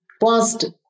whilst